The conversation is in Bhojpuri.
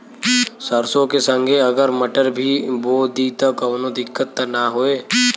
सरसो के संगे अगर मटर भी बो दी त कवनो दिक्कत त ना होय?